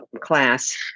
class